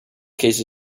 cases